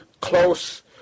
close